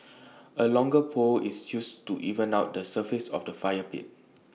A longer pole is used to even out the surface of the fire pit